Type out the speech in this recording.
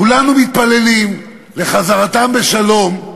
כולנו מתפללים לחזרתם בשלום,